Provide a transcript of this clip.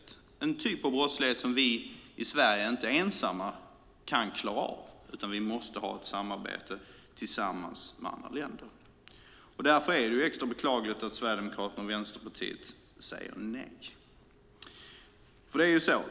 Det är en typ av brottslighet som vi i Sverige inte ensamma kan klara av. Vi måste ha ett samarbete med andra länder. Därför är det extra beklagligt att Sverigedemokraterna och Vänsterpartiet säger nej.